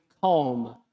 calm